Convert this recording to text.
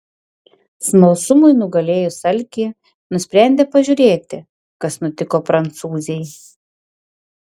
smalsumui nugalėjus alkį nusprendė pažiūrėti kas nutiko prancūzei